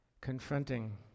confronting